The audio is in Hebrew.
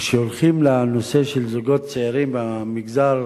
כשהולכים לנושא של זוגות צעירים במגזר